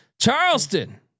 Charleston